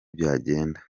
byagenda